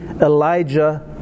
Elijah